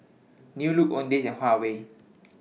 New Look Owndays and Huawei